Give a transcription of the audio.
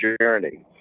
journey